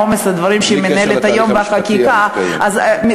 על עומס הדברים והחקיקה שהיא דנה בהם.